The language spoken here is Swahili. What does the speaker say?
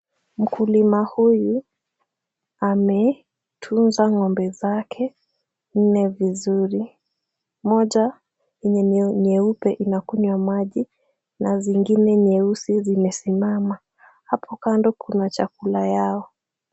Mkulima huyu ametunza ng'ombe zake nne vizuri. Moja yenye ni nyeupe inakunywa maji na zingine nyeusi zimesimama. Hapo kando kuna chakula yao.